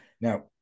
Now